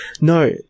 No